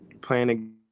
playing